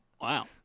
wow